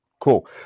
Cool